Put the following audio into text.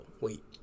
wait